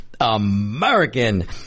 American